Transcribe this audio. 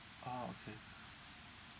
ah okay